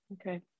okay